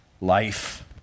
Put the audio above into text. life